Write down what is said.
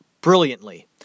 brilliantly